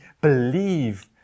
believe